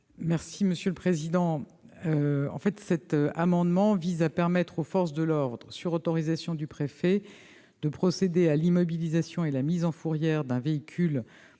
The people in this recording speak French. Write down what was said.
est à Mme la ministre. Cet amendement vise à permettre aux forces de l'ordre, sur autorisation du préfet, de procéder à l'immobilisation et à la mise en fourrière d'un véhicule